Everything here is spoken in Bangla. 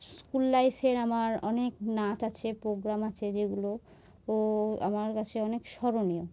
স্কুল লাইফের আমার অনেক নাচ আছে প্রোগ্রাম আছে যেগুলো ও আমার কাছে অনেক স্মরণীয়